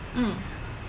mm